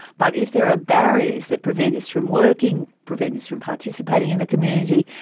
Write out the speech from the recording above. but if there are barriers that prevent us from working, prevent us from participating in the community,